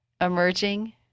emerging